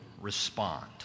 respond